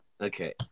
Okay